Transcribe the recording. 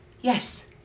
Yes